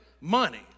money